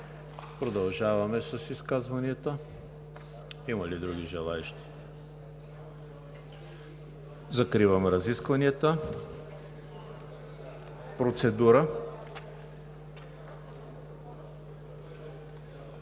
Продължаваме с изказванията. Има ли други желаещи? Закривам разискванията. Процедура?